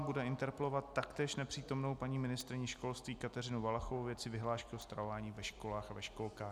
Bude interpelovat taktéž nepřítomnou paní ministryni školství Kateřinu Valachovou ve věci vyhlášky o stravování ve školách a ve školkách.